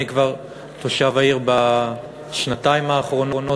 אני תושב העיר בשנתיים האחרונות,